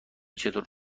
چطور